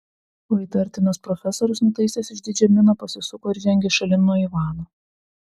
o įtartinas profesorius nutaisęs išdidžią miną pasisuko ir žengė šalin nuo ivano